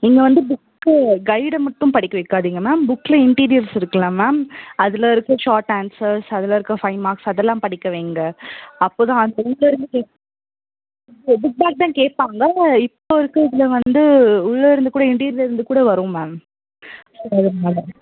நீங்கள் வந்து புக்கு கைடை மட்டும் படிக்க வைக்காதீங்க மேம் புக்கில் இன்டீரியர்ஸ் இருக்குதுல்ல மேம் அதில் இருக்க ஷாட் ஆன்சர்ஸ் அதில் இருக்க ஃபைவ் மார்க்ஸ் அதெல்லாம் படிக்க வையுங்க அப்போதுதான் அது உள்ளே இருந்து கேக் இது புக் பேக் தான் கேட்பாங்க இப்போ இருக்க இதில் வந்து உள்ளே இருந்து கூட இன்டீரியரில் இருந்து கூட வரும் மேம் அதனால